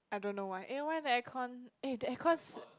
I don't know why eh why the air con eh the air con s~